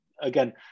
again